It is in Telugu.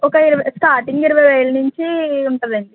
ఒకవేళ స్టార్టింగ్ ఇరవై వేల నుంచి ఉంటుందండి